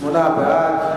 מי שמצביע בעד,